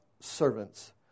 servants